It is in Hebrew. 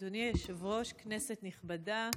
אדוני היושב-ראש, כנסת נכבדה,